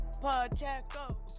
pacheco